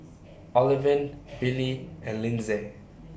Olivine Billie and Lindsay